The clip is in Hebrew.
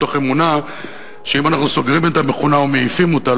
מתוך אמונה שאם אנחנו סוגרים את המכונה או מעיפים אותה,